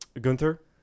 gunther